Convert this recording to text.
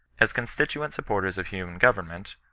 as constituent supporters of human government,